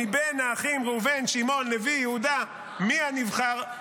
מבין האחים ראובן, שמעון, לוי, יהודה, מי הנבחר?